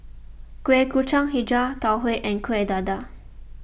Kuih Kacang HiJau Tau Huay and Kuih Dadar